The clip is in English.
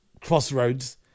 crossroads